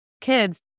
kids